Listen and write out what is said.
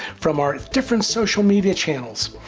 from our different social media channels.